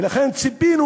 ולכן ציפינו